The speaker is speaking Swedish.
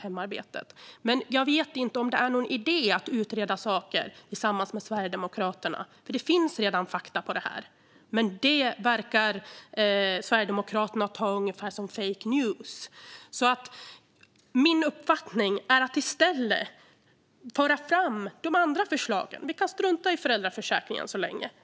Jag vet dock inte om det är någon idé att utreda saker tillsammans med Sverigedemokraterna. Det finns nämligen redan fakta gällande det här. Men dem verkar Sverigedemokraterna betrakta ungefär som fake news. Min uppfattning är alltså att vi i stället ska föra fram de andra förslagen. Vi kan strunta i föräldraförsäkringen så länge.